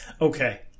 Okay